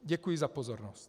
Děkuji za pozornost.